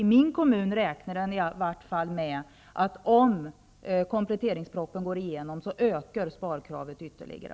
I min kommun räknar man i varje fall med att om kompletteringsspropositionen antas, så ökar sparkravet ytterligare.